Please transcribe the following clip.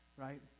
Right